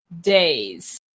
days